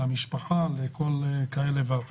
למשפחה וכן הלאה.